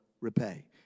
repay